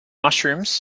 mushrooms